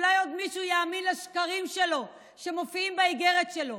שאולי עוד מישהו יאמין לשקרים שלו שמופיעים באיגרת שלו.